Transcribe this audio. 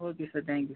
okay sir thank you sir